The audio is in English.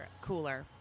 cooler